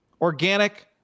Organic